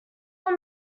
will